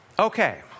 Okay